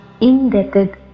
indebted